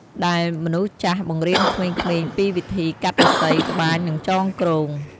ដែលនមនុស្សចាស់បង្រៀនក្មេងៗពីវិធីកាត់ឫស្សី ត្បាញ និងចងគ្រោង។